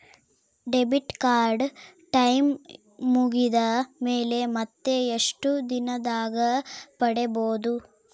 Debit card time ಮುಗಿದ ಮೇಲೆ ಮತ್ತೆ ಎಷ್ಟು ದಿನದಾಗ ಪಡೇಬೋದು?